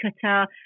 cutter